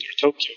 Tokyo